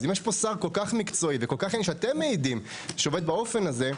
אם יש פה שר כל כך מקצועי שאתם מעידים שעובד באופן הזה,